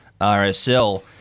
RSL